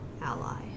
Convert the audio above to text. ally